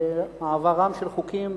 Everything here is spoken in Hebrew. ומעברם של חוקים,